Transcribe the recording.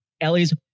Ellie's